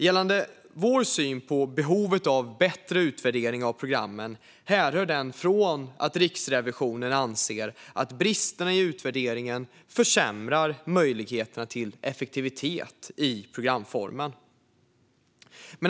Gällande vår syn på behovet av bättre utvärdering av programmen härrör den från att Riksrevisionen anser att bristerna i utvärderingen försämrar möjligheterna till effektivitet i programformen.